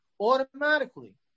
automatically